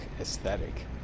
aesthetic